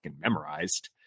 memorized